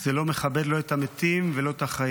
זה לא מכבד, לא את המתים ולא את החיים.